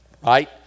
right